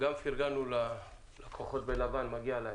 פרגנו ללקוחות בלבן, מגיע להם.